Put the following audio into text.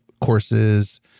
courses